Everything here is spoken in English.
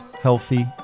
healthy